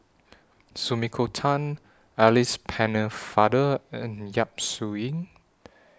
Sumiko Tan Alice Pennefather and Yap Su Yin